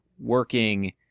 working